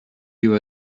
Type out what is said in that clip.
you